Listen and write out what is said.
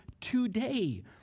today